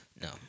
No